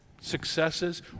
successes